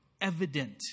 evident